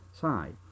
side